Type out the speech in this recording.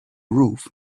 roof